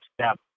step